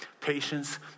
patience